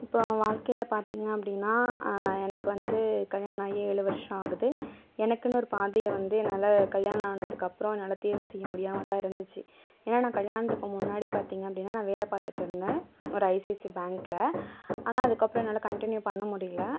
இப்போ வாழ்க்கையில் பார்த்திங்க அப்படினா எனக்கு வந்து கல்யாணம் ஆகி ஏழு வருஷம் ஆகுது எனக்குனு ஒரு பாதையை வந்து என்னால் கல்யாணம் ஆனதுக்கப்புறம் என்னால் தேர்வு செய்யமுடியாமல் தான் இருந்துச்சு ஏன்னா நான் கல்யாணத்துக்கு முன்னாடி பார்த்திங்க அப்படினா நான் வேலை பார்த்துட்டுருந்தேன் ஒரு ஐசிஐசிஐ பேங்க்கில் ஆனால் அதுக்கப்புறம் என்னால் கண்ட்டினியூ பண்ணமுடியலை